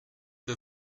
der